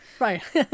Right